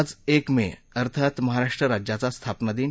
आज एक मे अर्थात महाराष्ट्र राज्याचा स्थापना दिन